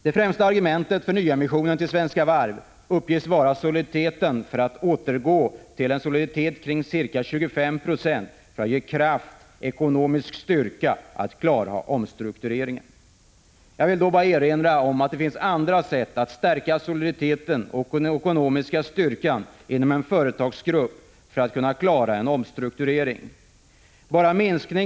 Det främsta argumentet för nyemissionen till Svenska Varv uppges vara att man vill återgå till en soliditet kring ca 25 96, för att få kraft och ekonomisk styrka att klara omstruktureringen. Jag vill då erinra om att det finns andra sätt att stärka soliditeten och den ekonomiska styrkan inom en företagsgrupp för att kunna klara en omstrukturering.